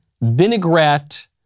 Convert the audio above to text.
vinaigrette